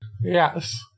Yes